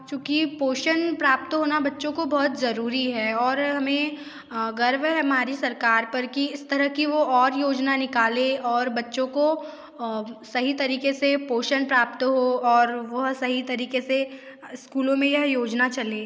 क्योंकि पोषण प्राप्त होना बच्चों को बौहौत ज़रूरी है और हमें गर्व है हमारी सरकार पर कि इस तरह की वो और योजना निकाले और बच्चों को सही तरीके से पोषण प्राप्त हो और वह सही तरीक़े से स्कूलों में यह योजना चले